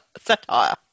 Satire